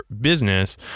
business